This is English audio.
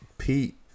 Pete